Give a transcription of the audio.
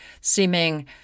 seeming